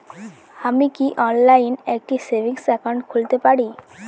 আমি কি অনলাইন একটি সেভিংস একাউন্ট খুলতে পারি?